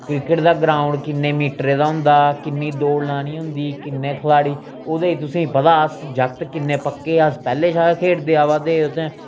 cricket दा ground किन्ने मीटरै होंदा किन्नी दौड़ लानी होंदी किन्ने खलाड़ी ओह्दे तुसेंगी पता अस जागत किन्ने पक्के अस पैह्ले शा खेढदे आवा दे उत्थें